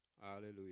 Hallelujah